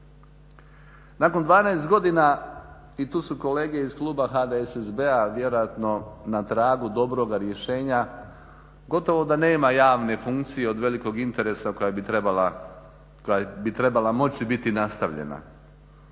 Nakon 12 godina i tu su kolege iz Kluba HDSSB-a vjerojatno na tragu dobroga rješenja, gotovo da nema javne funkcije od velikog interesa koja bi trebala moći biti nastavljena